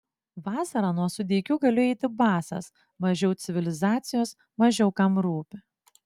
vasarą nuo sudeikių galiu eiti basas mažiau civilizacijos mažiau kam rūpi